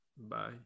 Bye